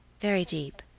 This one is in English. very deep,